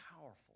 powerful